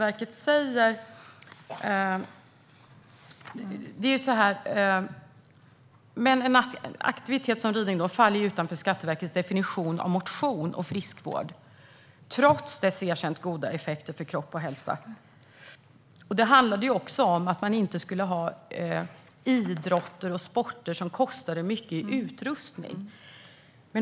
En aktivitet som ridning faller utanför Skatteverkets definition av motion och friskvård, trots dess erkänt goda effekter för kropp och hälsa. Det handlar också om att man inte skulle ha idrotter och sporter som kostade mycket i utrustning.